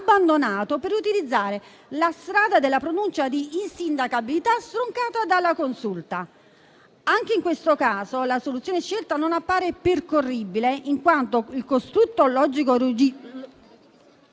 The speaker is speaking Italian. abbandonato per utilizzare la strada della pronuncia di insindacabilità, stroncata dalla Consulta. Anche in questo caso la soluzione scelta non appare percorribile, in quanto il costrutto